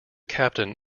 captain